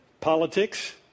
Politics